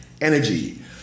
Energy